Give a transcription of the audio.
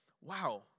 wow